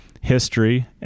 history